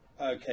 Okay